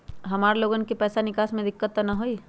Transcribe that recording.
हमार लोगन के पैसा निकास में दिक्कत त न होई?